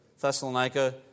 Thessalonica